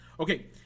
Okay